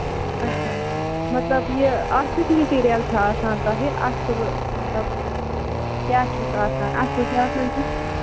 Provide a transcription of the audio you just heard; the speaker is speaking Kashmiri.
اَچھا مطلب یہِ اتھ کیُتھ میٹیٖریَل چھُ آسان تۄہہِ اَصٕل مطلب کیٛاہ چھُس آسان اَصٕل چھا آسان کِنہٕ